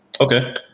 Okay